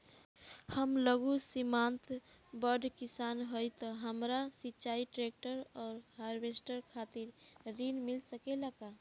हम लघु सीमांत बड़ किसान हईं त हमरा सिंचाई ट्रेक्टर और हार्वेस्टर खातिर ऋण मिल सकेला का?